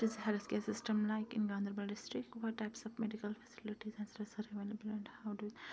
what is health care system like in Ganderbal district what types of medical facilities